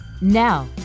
Now